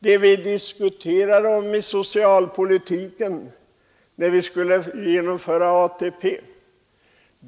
Det diskuterades mycket när vi skulle genomföra ATP.